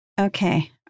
Okay